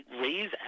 raise